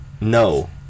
No